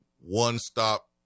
one-stop